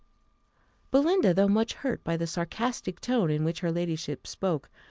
belinda, though much hurt by the sarcastic tone in which her ladyship spoke,